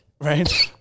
Right